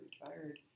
retired